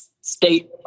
state